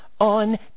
on